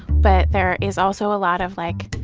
but there is also a lot of, like,